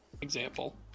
example